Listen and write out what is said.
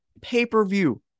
pay-per-view